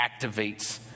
activates